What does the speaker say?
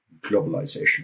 globalization